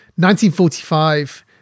1945